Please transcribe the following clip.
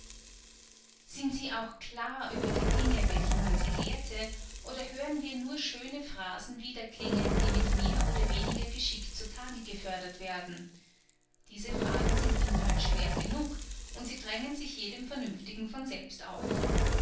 sind sie auch klar über die dinge welche man sie lehrte oder hören wir nur schöne phrasen wiederklingen die mit mehr oder weniger geschick zu tage gefördert werden diese fragen sind inhaltsschwer genug und sie drängen sich jedem vernünftigen von selbst auf